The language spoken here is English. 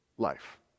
life